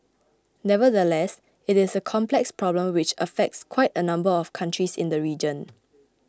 nevertheless it is a complex problem which affects quite a number of countries in the region